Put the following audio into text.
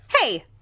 Hey